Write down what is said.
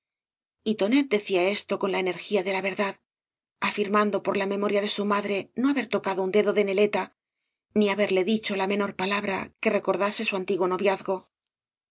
y tonet decía esto con la energía de la verdad í firmando por la memoria de bu madre no haber tocado un dedo de neleta ni haberle dicho la menor palabra que recordase su antiguo noviazgo